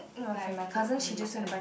fly we cannot do accommodation